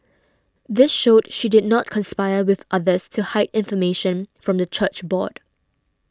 this showed she did not conspire with others to hide information from the church board